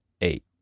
eight